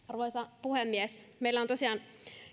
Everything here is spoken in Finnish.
arvoisa puhemies meillä on tosiaan